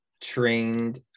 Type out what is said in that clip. trained